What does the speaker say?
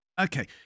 okay